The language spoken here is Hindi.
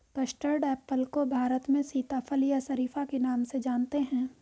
कस्टर्ड एप्पल को भारत में सीताफल या शरीफा के नाम से जानते हैं